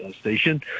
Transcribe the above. station